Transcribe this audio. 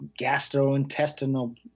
gastrointestinal